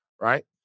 right